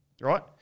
right